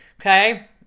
okay